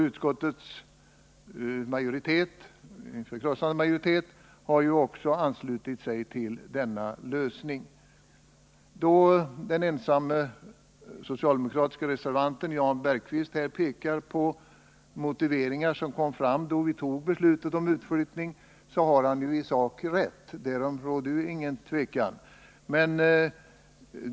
Utskottets majoritet har ju också anslutit sig till denna lösning. Då den ensamme socialdemokratiske reservanten Jan Bergqvist här pekar på motiveringar som kom fram då vi tog beslutet om utflyttning, har han ju i sak rätt. Därom råder inget tivivel.